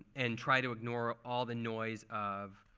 and try to ignore all the noise of